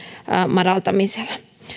madaltamisella haetaan